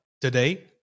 Today